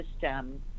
system